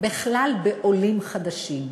עולים חדשים,